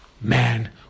man